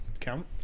Count